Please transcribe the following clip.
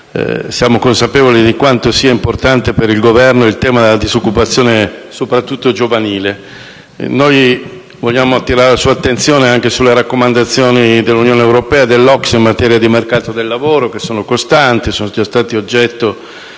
siamo consapevoli di quanto sia importante per il Governo il tema della disoccupazione, soprattutto giovanile. Vogliamo però attirare la sua attenzione anche sulle raccomandazioni dell'Unione europea e dell'OCSE in materia di mercato del lavoro, che sono costanti e sono già state oggetto